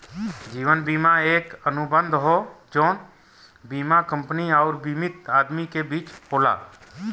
जीवन बीमा एक अनुबंध हौ जौन बीमा कंपनी आउर बीमित आदमी के बीच होला